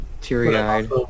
Teary-eyed